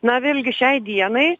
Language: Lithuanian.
na vėlgi šiai dienai